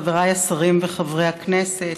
חבריי השרים וחברי הכנסת,